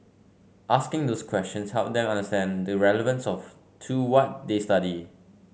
asking those questions helped them understand the relevance of to what they study